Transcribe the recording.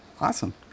Awesome